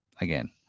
again